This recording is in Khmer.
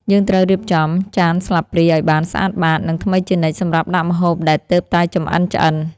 យើងត្រូវរៀបចំចានស្លាបព្រាឱ្យបានស្អាតបាត និងថ្មីជានិច្ចសម្រាប់ដាក់ម្ហូបដែលទើបតែចម្អិនឆ្អិន។